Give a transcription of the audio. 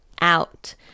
out